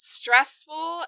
stressful